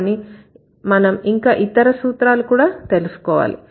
కానీ మనం ఇంకా ఇతర సూత్రాలు కూడా తెలుసుకోవాలి